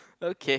okay